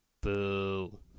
Boo